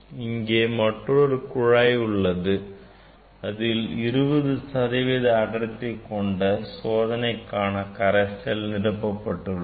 இங்கே மற்றொரு குழாய் உள்ளது அதில் 20 சதவீத அடர்த்தி கொண்ட சோதனைக்கான கரைசல் நிரப்பப்பட்டுள்ளது